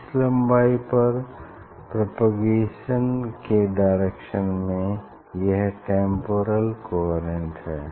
इस लम्बाई पर प्रोपोगेशन के डायरेक्शन में यह टेम्पोरल कोहेरेंट है